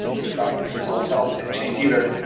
i guess ah dissolved cells didn't change either.